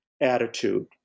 attitude